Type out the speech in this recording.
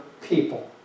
people